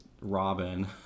Robin